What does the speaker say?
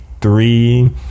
three